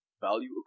value